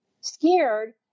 scared